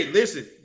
listen